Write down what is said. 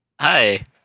Hi